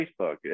Facebook